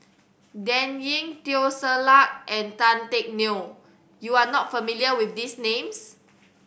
Dan Ying Teo Ser Luck and Tan Teck Neo you are not familiar with these names